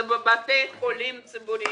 זה בבתי חולים ציבוריים.